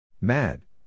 Mad